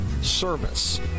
service